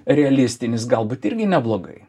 realistinis galbūt irgi neblogai